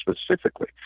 specifically